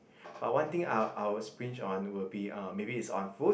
but one thing I will I will splinge on will be uh maybe is on food